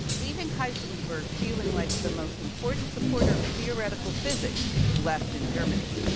leaving heisenberg feeling like the most important supporter of theoretical physics left in germany.